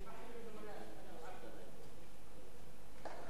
(אומר בערבית: